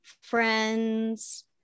Friends